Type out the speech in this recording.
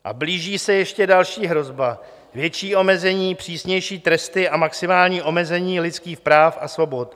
A blíží se ještě další hrozba, větší omezení, přísnější tresty a maximální omezení lidských práv a svobod.